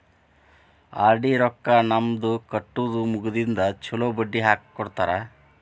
RD ರೊಕ್ಕಾ ನಮ್ದ ಕಟ್ಟುದ ಮುಗದಿಂದ ಚೊಲೋ ಬಡ್ಡಿ ಹಾಕ್ಕೊಡ್ತಾರ